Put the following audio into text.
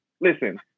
listen